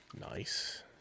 Nice